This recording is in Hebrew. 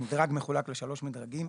המדרג מחולק לשלושה מדרגים,